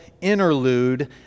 interlude